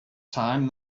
time